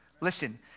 Listen